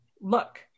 look